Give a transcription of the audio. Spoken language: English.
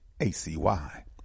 A-C-Y